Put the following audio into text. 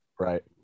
Right